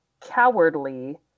cowardly